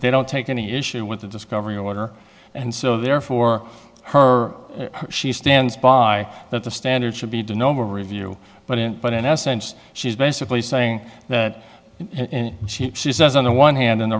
they don't take any issue with the discovery order and so therefore her she stands by that the standard should be to no more review but in but in essence she's basically saying that she she says on the one hand and the